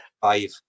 Five